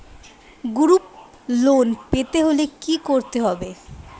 Group loan পেতে হলে কি করতে হবে?